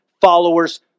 followers